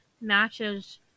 matches